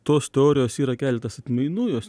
tos teorijos yra keletas atmainų jos